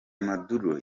maduro